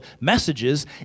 messages